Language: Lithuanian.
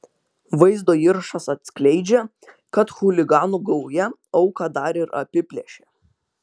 vaizdo įrašas atskleidžia kad chuliganų gauja auką dar ir apiplėšė